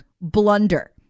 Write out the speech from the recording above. blunder